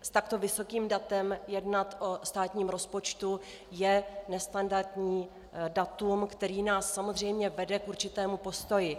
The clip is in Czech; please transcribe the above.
S takto vysokým datem jednat o státním rozpočtu je nestandardní datum, které nás samozřejmě vede k určitému postoji.